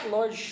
Lord